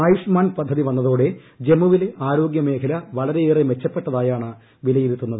ആയുഷ്മാൻ പദ്ധതി വന്നതോടെ ജമ്മുവിലെ ആരോഗ്യ മേഖല വളരെ ഏറെ മെച്ചപ്പെട്ടതായാണ് വിലയിരുത്തുന്നത്